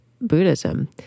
Buddhism